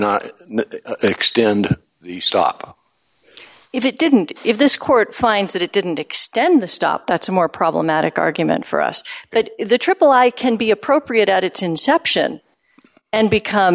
not extend stop if it didn't if this court finds that it didn't extend the stop that's a more problematic argument for us but the triple i can be appropriate at its inception and become